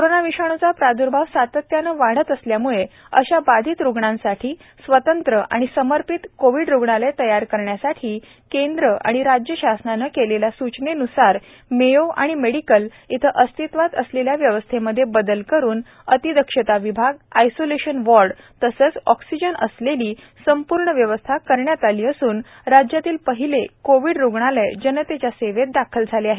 corona विषाणुचा प्रादर्भाव सातत्याने वाढत असल्यामुळे अशा बाधित रुग्णांसाठी स्वतंत्र व समर्पित कोविड रुग्णालय तयार करण्यासाठी केंद्र व राज्य शासनाने केलेल्या सूचनेन्सार मेयो व मेडिकल येथे अस्तित्वात असलेल्या व्यवस्थेमध्ये बदल करुन अतिदक्षता विभाग आयसोलेशन वार्ड तसेच ऑक्सिजन असलेली संपूर्ण व्यवस्था करण्यात आली असुन राज्यातील पहिले कोविड रुग्णालय जनतेच्या सेवेत दाखल झाले आहे